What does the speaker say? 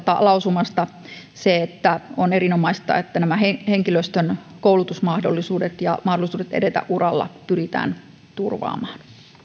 lausumasta se että on erinomaista että nämä henkilöstön koulutusmahdollisuudet ja mahdollisuudet edetä uralla pyritään turvaamaan